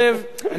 אני חושב,